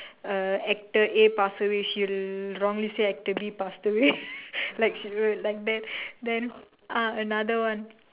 uh actor A pass away she will wrongly say actor B passed away like she will like that then ah another one